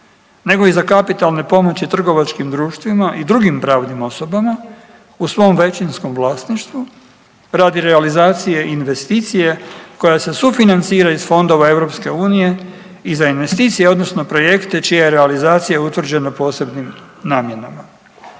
nego i za kapitalne pomoći trgovačkim društvima i drugim pravnim osobama u svom većinskom vlasništvu radi realizacije investicije koja se sufinancira iz fondova EU i za investicije, odnosno projekte čija je realizacija utvrđena posebnim namjenama